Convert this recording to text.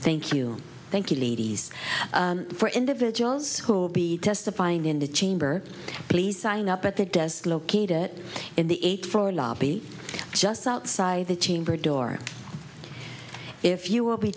thank you thank you ladies for individuals who will be testifying in the chamber please sign up at the desk located it in the eighth floor lobby just outside the chamber door if you will be